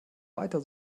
weiter